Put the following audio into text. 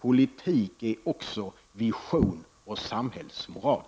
Politik är också vision och samhällsmoral.